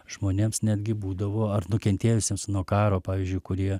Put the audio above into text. žmonėms netgi būdavo ar nukentėjusiems nuo karo pavyzdžiui kurie